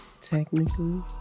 technically